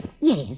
Yes